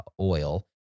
oil